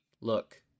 look